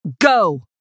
Go